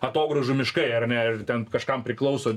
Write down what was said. atogrąžų miškai ar ne ir ten kažkam priklauso